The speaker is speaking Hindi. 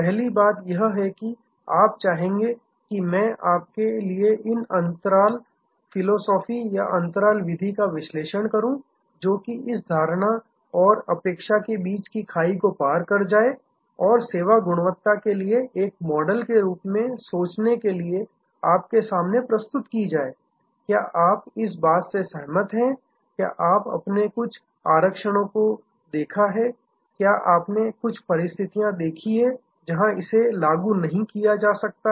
पहली बात यह है कि आप चाहते हैं कि मैं आपके लिए इन अंतराल फिलॉसफी या अंतराल विधि का विश्लेषण करूं जो कि इस धारणा और अपेक्षा के बीच की खाई को पार कर जाए और सेवा गुणवत्ता के लिए एक मॉडल के रूप मे सोचने के लिए आपके सामने प्रस्तुत की जाए क्या आप इस बात से सहमत हैं क्या आपने कुछ आरक्षणों को देखा है आपने कुछ परिस्थितियाँ देखी हैं जहाँ इसे लागू नहीं किया जा सकता है